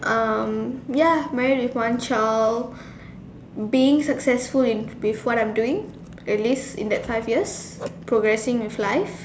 um ya married with one child being successful in with what I'm doing at least in that five years progressing with life